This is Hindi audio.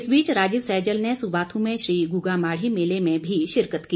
इस बीच राजीव सहजल ने सुबाथू में श्री गूगामाढ़ी मेले में भी शिरकत की